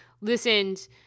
listened